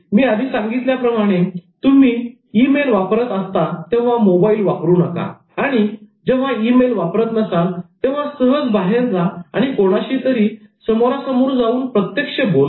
मी आधी सांगितल्याप्रमाणे जेव्हा तुम्ही ईमेल वापरत असता तेव्हा मोबाईल वापरू नका आणि आणि जेव्हा ई मेल वापरत नसाल तेव्हा सहज बाहेर जा आणि कोणाशी तरी समोरासमोर जाऊन प्रत्यक्ष बोला